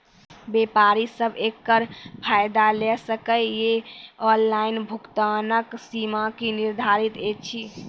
व्यापारी सब एकरऽ फायदा ले सकै ये? ऑनलाइन भुगतानक सीमा की निर्धारित ऐछि?